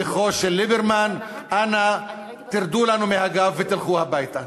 שליחו של ליברמן: אנא, תרדו לנו מהגב ותלכו הביתה.